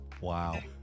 Wow